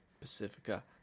Pacifica